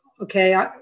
okay